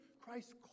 Christ